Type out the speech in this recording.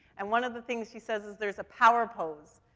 and one of the things she's says is there's a power pose,